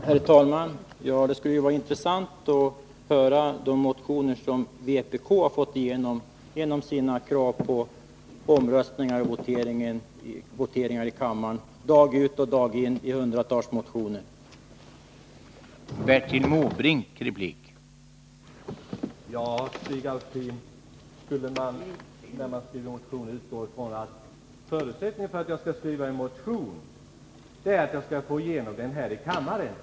Herr talman! Det vore intressant att få veta hur många motioner som vpk har fått kammarens gehör för bland de hundratals motioner som man dag ut och dag in har begärt votering om.